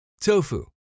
Tofu